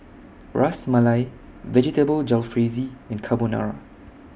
Ras Malai Vegetable Jalfrezi and Carbonara